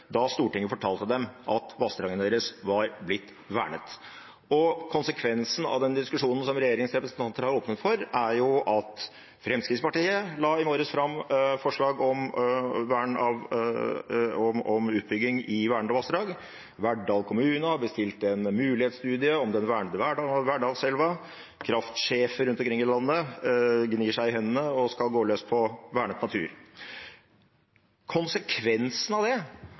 da Stortinget fortalte dem at vassdragene deres var blitt vernet. Konsekvensen av diskusjonen som regjeringens representanter har åpnet for, er jo at Fremskrittspartiet i morges la fram forslag om utbygging i vernede vassdrag. Verdal kommune har bestilt en mulighetsstudie om den vernede Verdalselva. Kraftsjefer rundt omkring i landet gnir seg i hendene og skal gå løs på vernet natur. Konsekvensen av det